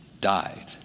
died